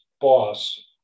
boss